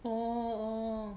oh